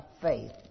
faith